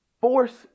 Force